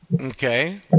Okay